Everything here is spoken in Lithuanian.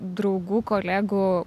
draugų kolegų